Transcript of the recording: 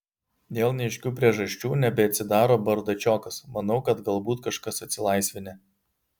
dėl neaiškių priežasčių nebeatsidaro bardačiokas manau kad galbūt kažkas atsilaisvinę